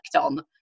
on